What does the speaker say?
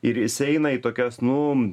ir jis eina į tokias nu